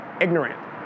ignorant